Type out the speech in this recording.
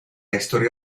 historia